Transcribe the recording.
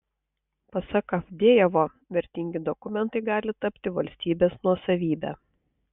pasak avdejevo vertingi dokumentai gali tapti valstybės nuosavybe